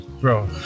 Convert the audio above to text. bro